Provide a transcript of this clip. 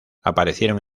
aparecieron